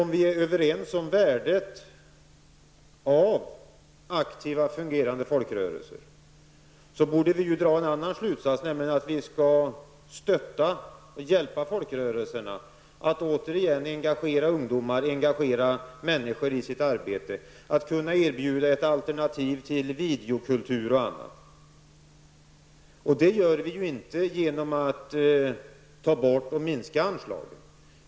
Om vi är överens om värdet av aktiva fungerande folkrörelser, borde vi dra en annan slutsats än Bertil Danielsson gör, nämligen att vi skall stötta och hjälpa folkrörelserna att återigen engagera människor i sitt arbete, inte minst ungdomar, att kunna erbjuda ett alternativ till videokultur och annat. Det gör vi ju inte genom att ta bort eller minska anslagen.